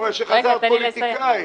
אני רואה שחזרת פוליטיקאית.